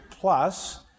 plus